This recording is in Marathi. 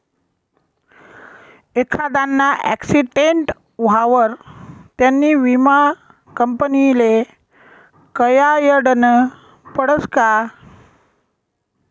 एखांदाना आक्सीटेंट व्हवावर त्यानी विमा कंपनीले कयायडनं पडसं का